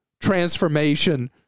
transformation